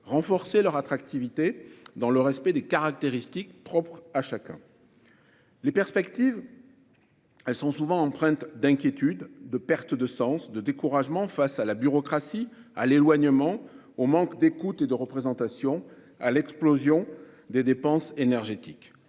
renforcer leur attractivité, dans le respect des caractéristiques propres à chacun. Les perspectives sont souvent empreintes d'inquiétudes, de perte de sens, de découragement face à la bureaucratie, à l'éloignement, au manque d'écoute et de représentation et à l'explosion des dépenses énergétiques.